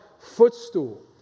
Footstool